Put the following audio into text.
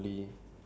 ya